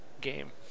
game